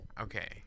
okay